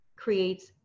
creates